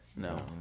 No